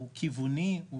הוא כיווני,